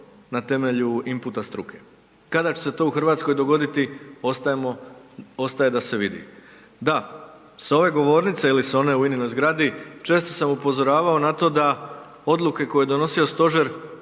na temelju imputa struke. Kada će se to u RH dogoditi ostajemo, ostaje da se vidi. Da, sa ove govornice ili s one u INA-oj zgradi često sam upozoravao na to da odluke koje je donosio stožer